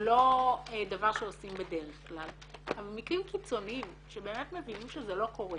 לא דבר שעושים בדרך כלל אבל במקרים קיצוניים שבאמת מבינים שזה לא קורה